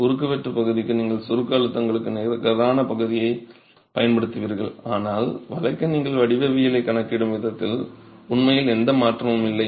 குறுக்குவெட்டு பகுதிக்கு நீங்கள் சுருக்க அழுத்தங்களுக்கு நிகரப் பகுதியைப் பயன்படுத்துவீர்கள் ஆனால் வளைக்க நீங்கள் வடிவவியலைக் கணக்கிடும் விதத்தில் உண்மையில் எந்த மாற்றமும் இல்லை